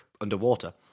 underwater